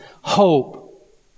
hope